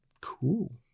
cool